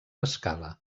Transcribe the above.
escala